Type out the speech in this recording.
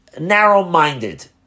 narrow-minded